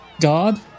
god